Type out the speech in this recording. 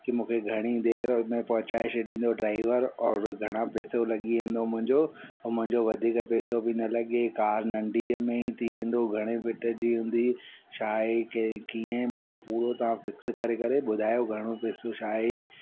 की मूंखे घणी देरि उनमें पहुंचाए छॾींदो ड्राइवर और घणा पैसो लॻी वेंदो मुंहिंजो ऐं मुंहिंजो वधीक पैसो बि न लॻे कार नंढी में ई थी वेंदो घणे भेंट जी हूंदी छा आहे की कीअं आहे मूंखे पूरो तव्हां फ़िक्स करे करे ॿुधायो घणो पैसो छा आहे